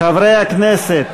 חברי הכנסת,